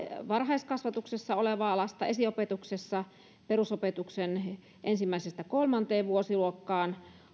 varhaiskasvatuksessa olevaa lasta esiopetuksessa olevaa lasta lapsia perusopetuksen ensimmäisestä kolmanteen vuosiluokkaan